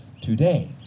today